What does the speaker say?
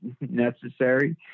necessary